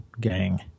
gang